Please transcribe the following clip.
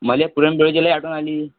मला पुरणपोळीची लई आठवण आली